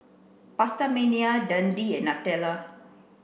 PastaMania Dundee and Nutella